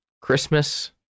Christmas